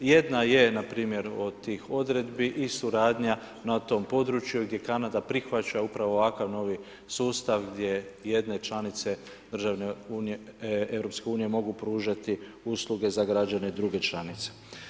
Jedna je npr. od tih odredbi i suradnja na tom području gdje Kanada prihvaća upravo ovakav novi sustav gdje jedne članice EU mogu pružati usluge za građane druge članice.